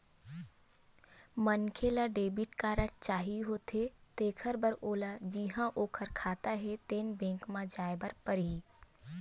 मनखे ल debit card चाही होथे तेखर बर ओला जिहां ओखर खाता हे तेन बेंक म जाए बर परही